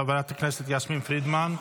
חברת הכנסת יסמין פרידמן,